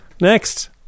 Next